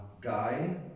guy